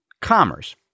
Commerce